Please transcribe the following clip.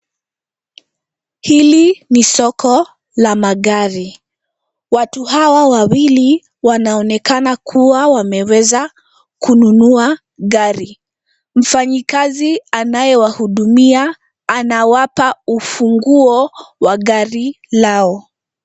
Hili ni soko la magari, watu hawa wawili wanaonekana kuwa wameweza kununua gari. Mfanyikazi anayewahudumia anawapa ufunguo wa gari lao.